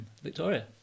Victoria